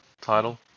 title